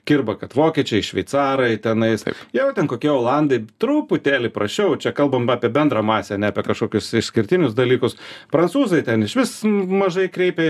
kirba kad vokiečiai šveicarai tenais jau ten kokie olandai truputėlį prasčiau čia kalbam apie bendrą masę ne apie kažkokius išskirtinius dalykus prancūzai ten išvis mažai kreipia